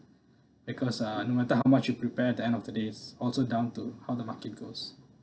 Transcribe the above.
because uh no matter how much you prepare the end of the day is also down to how the market goes